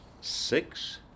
six